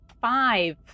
five